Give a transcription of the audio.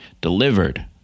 delivered